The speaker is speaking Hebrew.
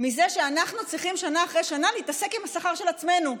מזה שאנחנו צריכים שנה אחר שנה להתעסק עם השכר של עצמנו.